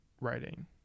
writing